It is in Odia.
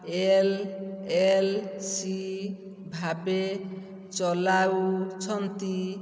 ଏଲ୍ ଏଲ୍ ସି ଭାବେ ଚଲାଉଛନ୍ତି